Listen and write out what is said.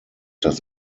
das